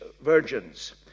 virgins